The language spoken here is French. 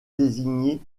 désigner